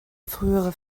frühere